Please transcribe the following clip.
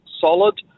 solid